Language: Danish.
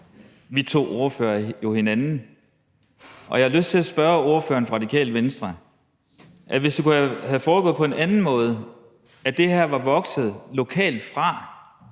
vi to ordførere jo hinanden, og jeg har lyst til at spørge ordføreren for Radikale Venstre: Hvad nu, hvis det var foregået på en anden måde og det her var vokset frem